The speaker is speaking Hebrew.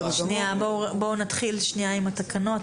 נתחיל עם התקנות.